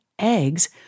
Eggs